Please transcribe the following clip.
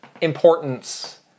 importance